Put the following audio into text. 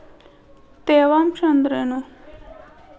ತೇವಾಂಶ ಅಂದ್ರೇನು?